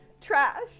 trash